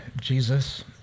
Jesus